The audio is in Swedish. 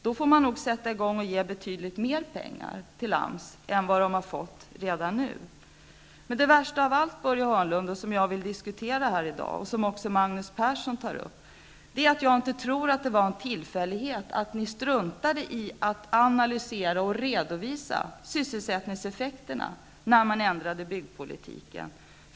Då får nog regeringen sätta fart och ge betydligt mer pengar till AMS än vad man där har fått nu. Men det värsta av allt, Börje Hörnlund, är något jag vill diskutera här i dag och som också Magnus Persson tog upp. Jag tror inte att det var en tillfällighet att ni struntade i att analysera och redovisa sysselsättningseffekterna när regeringen ändrade byggpolitiken.